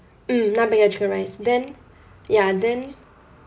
mm nine packet of chicken rice then ya then